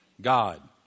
God